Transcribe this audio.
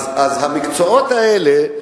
אז המקצועות האלה,